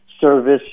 service